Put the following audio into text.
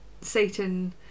Satan